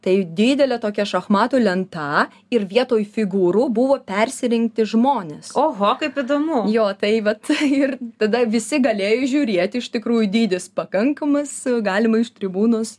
tai didelė tokia šachmatų lenta ir vietoj figūrų buvo persirengti žmonės oho kaip įdomu jo tai vat ir tada visi galėjo įžiūrėti iš tikrų dydis pakankamas galima iš tribūnos